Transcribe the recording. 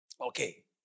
Okay